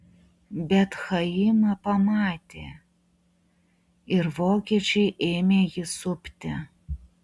bet chaimą pamatė ir vokiečiai ėmė jį supti